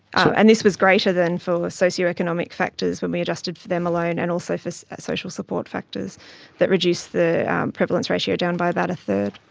and this was greater than for socio-economic factors when we adjusted for them alone and also for social support factors that reduce the prevalence ratio down by about a third.